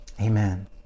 Amen